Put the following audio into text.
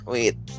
Wait